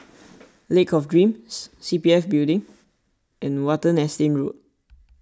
Lake of Dreams C P F Building and Watten Estate Road